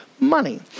Money